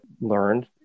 learned